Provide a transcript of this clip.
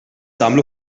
għamlu